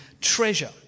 treasure